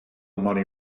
money